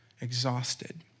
exhausted